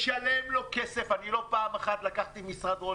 נשלם לו כסף אני לא פעם לקחתי משרד רואי